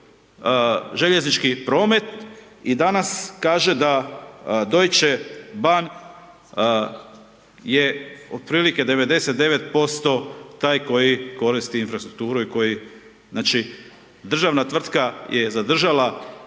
željeznički promet i danas kaže da Deutsche Ban je otprilike 99% taj koji koristi infrastrukturu i koji, znači državna tvrtka je zadržala